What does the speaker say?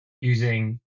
using